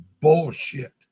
bullshit